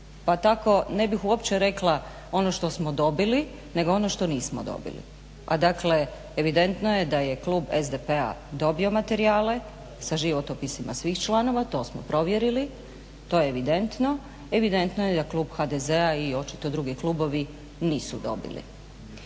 Pa tako ne bih uopće rekla ono što smo dobili, nego ono što nismo dobili. A dakle evidentno je da je klub SDP-a dobio materijale sa životopisima svih članova, to smo provjerili, to je evidentno, evidentno je da klub HDZ-a i očito drugi klubovi nisu dobili.